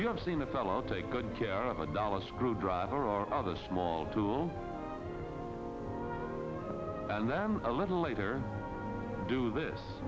you have seen a fellow take good care of a dollar screwdriver or other small tool and then a little later do this